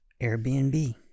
Airbnb